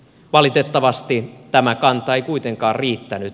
valitettavasti tämä kanta ei kuitenkaan riittänyt